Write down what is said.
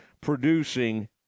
producing